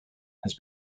has